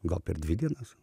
gal per dvi dienas